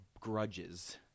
grudges